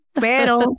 Pero